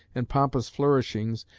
and pompous flourishings,